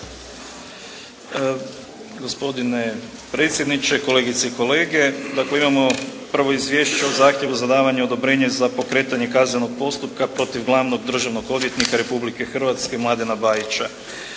Gospodine predsjedniče, kolegice i kolege. Dakle imamo prvo Izvješće o zahtjevu za davanje odobrenja za pokretanje kaznenog postupka protiv Glavnog državnog odvjetnika Republike Hrvatske Mladena Bajića.